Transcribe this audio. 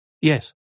Yes